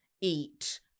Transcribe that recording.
eat